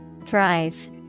Thrive